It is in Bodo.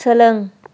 सोलों